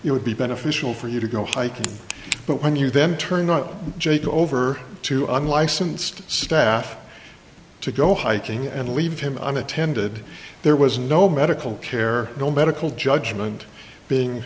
it would be beneficial for you to go hiking but when you then turned on jake over to unlicensed staff to go hiking and leave him attended there was no medical care no medical judgment being